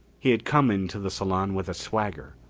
he had come into the salon with a swagger,